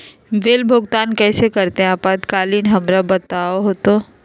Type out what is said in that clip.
Bill भुगतान कैसे करते हैं आपातकालीन हमरा बताओ तो?